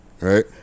right